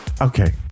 okay